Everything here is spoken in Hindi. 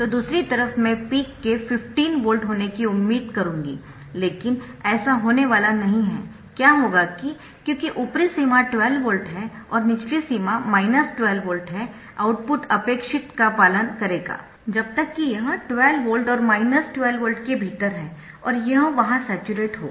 तो दूसरी तरफ मैं पीक के 15 वोल्ट होने की उम्मीद करूंगी लेकिन ऐसा होने वाला नहीं है क्या होगा कि क्योंकि ऊपरी सीमा 12 वोल्ट है और निचली सीमा 12 वोल्ट है आउटपुट अपेक्षित का पालन करेगा जब तक कि यह 12 वोल्ट और 12 वोल्ट के भीतर है और यह वहां स्याचुरेट होगा